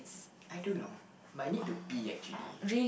I don't know but I need to pee actually